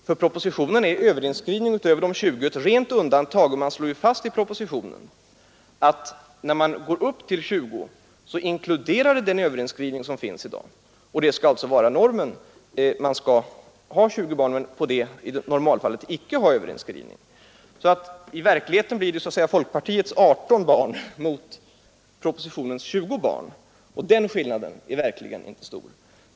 Enligt propositionen skall överinskrivning utöver de 20 vara ett rent undantag, och det slås fast att när man går upp till 20 inkluderar det den överinskrivning som finns i dag. Det skall alltså vara normen — man skall ha 20 barn men på det antalet skall det i normalfallet icke vara någon överinskrivning. I verkligheten står alltså så att säga folkpartiets 18 barn mot propositionens 20 barn, och den skillnaden är verkligen inte stor.